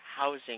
Housing